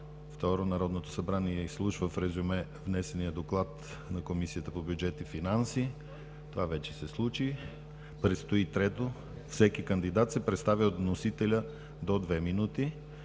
Второ, Народното събрание изслушва в резюме внесения доклад на Комисията по бюджет и финанси – това вече се случи. Трето, всеки кандидат се представя от вносителя до две минути.